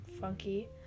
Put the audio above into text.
Funky